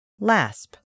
LASP